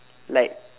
like